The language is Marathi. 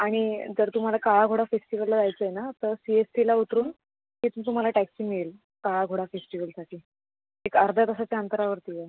आणि जर तुम्हाला काळा घोडा फेस्टीवलला जायचं आहे ना तर सी एस टीला उतरून तिथून तुम्हाला टॅक्सी मिळेल काळा घोडा फेस्टीवलसाठी एक अर्धा तासाच्या अंतरावरती आहे